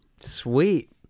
sweet